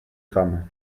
femmes